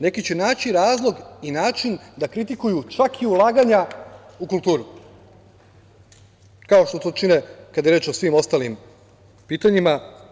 Neki će naći razlog i način da kritikuju čak i ulaganja u kulturu, kao što to čine kada je reč o svim ostalim pitanjima.